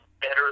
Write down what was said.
better